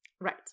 Right